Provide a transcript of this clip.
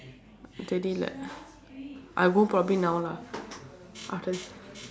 lah I'll go probably now lah after this